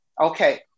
Okay